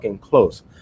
close